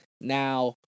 now